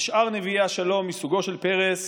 ושאר נביאי השלום מסוגו של פרס